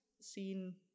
seen